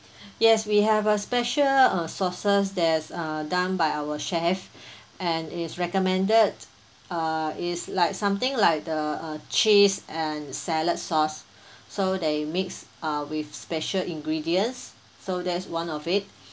yes we have a special uh sauces that's uh done by our chef and is recommended uh it's like something like the uh cheese and salad sauce so they mix uh with special ingredients so that's one of it